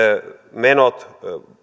menot